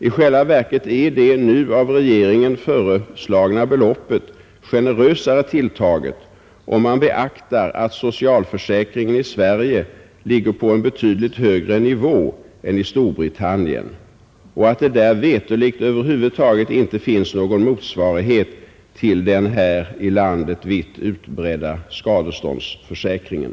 I själva verket är det av regeringen nu föreslagna beloppet 67 generösare tilltaget, om man beaktar att socialförsäkringen i Sverige ligger på en betydligt högre nivå än i Storbritannien och att det där veterligt över huvud taget inte finns någon motsvarighet till den här i landet vitt utbredda skadeståndsförsäkringen.